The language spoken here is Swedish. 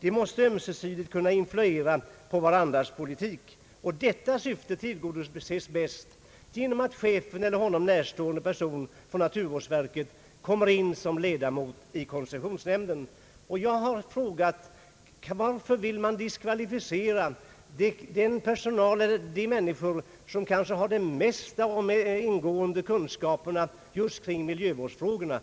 De måste ömsesidigt kunna influera på varandras politik. Detta syfte tillgodoses bäst om verkets chef eller annan tjänsteman hos verket kan vara ledamot i nämnden.» Varför vill man diskvalificera de människor som kanske har de bästa och mest ingående kunskaperna just i miljövårdsfrågorna?